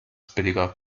billiger